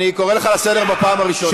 אני קורא אותך לסדר בפעם הראשונה.